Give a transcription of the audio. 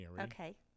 Okay